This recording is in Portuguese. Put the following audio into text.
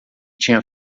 tinha